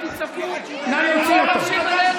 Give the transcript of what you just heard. נא להוציא אותו.